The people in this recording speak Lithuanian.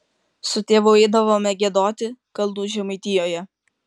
su tėvu eidavome giedoti kalnų žemaitijoje